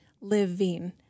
living